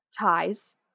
ties